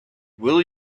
will